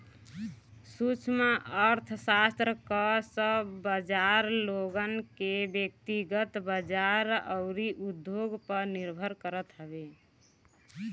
सूक्ष्म अर्थशास्त्र कअ सब बाजार लोगन के व्यकतिगत बाजार अउरी उद्योग पअ निर्भर करत हवे